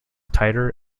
tighter